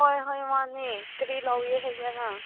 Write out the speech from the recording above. ꯍꯣꯏ ꯍꯣꯏ ꯃꯥꯅꯦ ꯀꯔꯤ ꯂꯧꯒꯦ ꯍꯥꯏꯕ꯭ꯔꯥ ꯅꯪ